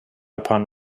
upon